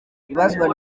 ibazwa